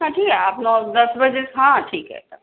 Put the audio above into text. हाँ जी आप नौ दस बजे हाँ ठीक है तब